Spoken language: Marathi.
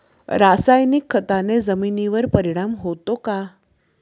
रासायनिक खताने जमिनीवर परिणाम होतो का?